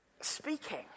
speaking